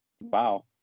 Wow